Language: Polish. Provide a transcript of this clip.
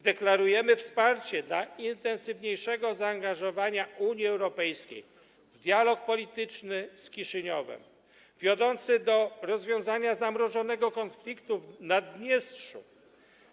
Deklarujemy wsparcie dla intensywniejszego zaangażowania Unii Europejskiej w dialog polityczny z Kiszyniowem, wiodący do rozwiązania zamrożonego konfliktu w Naddniestrzu.